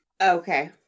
Okay